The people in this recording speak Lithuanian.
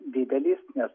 didelis nes